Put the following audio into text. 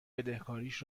بدهکاریش